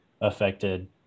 affected